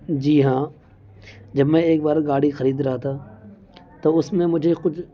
جی ہاں جب میں ایک بار گاڑی خرید رہا تھا تو اس میں مجھے کچھ